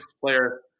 player